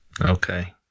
Okay